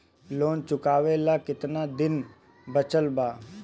Loan चुकावे ला कितना दिन बचल बा?